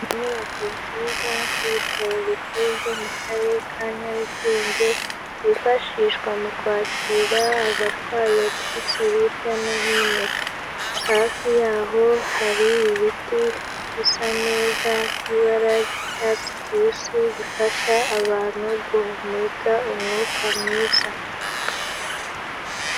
Inyubako nziza y'ibitaro bikuru byo mu Karere ka Nyarugenge, byifashishwa mu kwakira abarwayi baturutse hirya no hino. Hafi y'aho hari ibiti bisa neza by'ibara ry'icyatsi kibisi, bifasha abantu guhumeka umwuka mwiza.